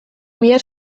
mila